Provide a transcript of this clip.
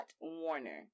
Warner